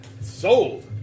Sold